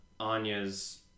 Anya's